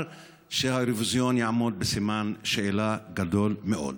שהאירוויזיון יעמוד בסימן שאלה גדול מאוד.